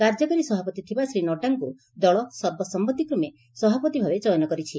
କାର୍ଯ୍ୟକାରୀ ସଭାପତି ଥିବା ଶ୍ରୀ ନଡ୍ରାଙ୍କୁ ଦଳ ସର୍ବସମ୍ମତିକ୍ରମେ ସଭାପତି ଭାବେ ଚୟନ କରିଛି